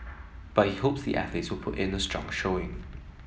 but he hopes the athletes will put in a strong showing